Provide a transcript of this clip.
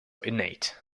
innate